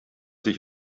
sich